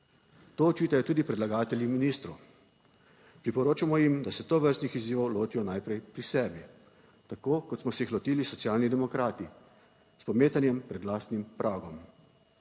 To očitajo tudi predlagatelji ministru. Priporočamo jim, da se tovrstnih izzivov lotijo najprej pri sebi, tako kot smo se jih lotili Socialni demokrati, s pometanjem pred lastnim pragom.